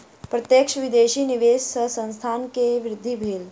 प्रत्यक्ष विदेशी निवेश सॅ संस्थान के वृद्धि भेल